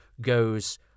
goes